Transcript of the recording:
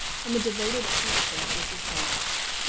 and the devoted affection of mrs. pendennis!